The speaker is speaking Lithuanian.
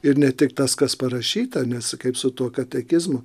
ir ne tik tas kas parašyta nes kaip su tuo katekizmu